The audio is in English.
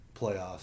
playoffs